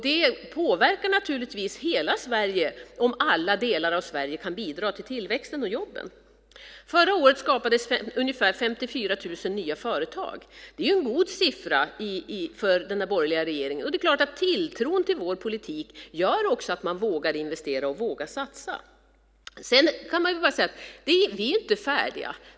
Det påverkar naturligtvis hela Sverige om alla delar av Sverige kan bidra till tillväxten och jobben. Förra året skapades ungefär 54 000 nya företag. Det är en god siffra för den borgerliga regeringen. Det är klart att tilltron till vår politik också gör att man vågar investera och vågar satsa. Sedan kan man säga att vi inte är färdiga.